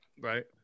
Right